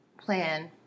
plan